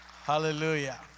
hallelujah